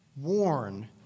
warn